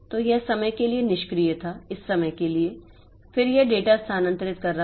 तो यह इस समय के लिए निष्क्रिय था फिर यह डेटा स्थानांतरित कर रहा था